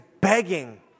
begging